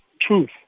truth